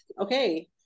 Okay